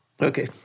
Okay